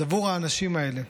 אז עבור האנשים האלה,